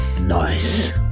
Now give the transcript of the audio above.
Nice